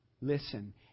Listen